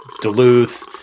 Duluth